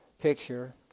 picture